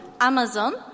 Amazon